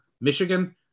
Michigan